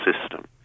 system